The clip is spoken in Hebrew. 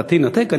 לדעתי, לנתק.